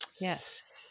Yes